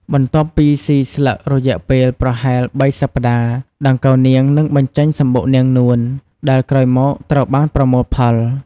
បន្ទាប់ពីស៊ីស្លឹករយៈពេលប្រហែលបីសប្ដាហ៍ ដង្កូវនាងនឹងបញ្ចេញ សំបុកនាងនួន ដែលក្រោយមកត្រូវបានប្រមូលផល។